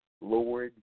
Lord